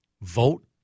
Vote